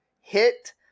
hit